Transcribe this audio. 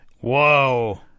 Whoa